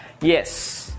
Yes